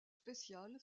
special